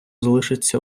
залишиться